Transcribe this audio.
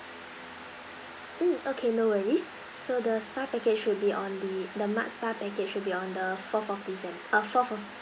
mm okay no worries so the spa package should be on the the mud spa package will be on the fourth of decem~ uh fourth of